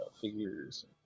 figures